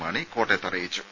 മാണി കോട്ടയത്ത് അറിയിച്ചു